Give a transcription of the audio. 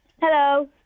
Hello